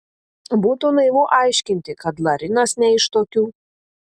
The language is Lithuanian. būtų naivu aiškinti kad larinas ne iš tokių